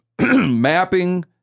mapping